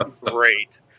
Great